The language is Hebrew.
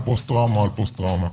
על פוסט טראומה על פוסט טראומה.